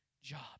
job